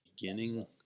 Beginning